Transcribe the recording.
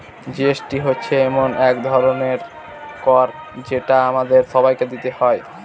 GST হচ্ছে এক ধরনের কর যেটা আমাদের সবাইকে দিতে হয়